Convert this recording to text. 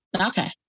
Okay